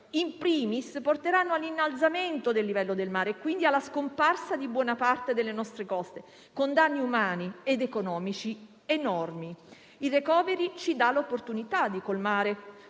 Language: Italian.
*in primis* porteranno all'innalzamento del livello del mare, quindi alla scomparsa di buona parte delle nostre coste, con danni umani ed economici enormi. Il *recovery fund* ci dà l'opportunità di colmare